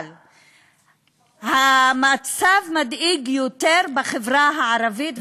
אבל המצב מדאיג יותר בחברה הערבית, אמת.